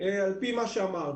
על פי מה שאמרנו.